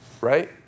Right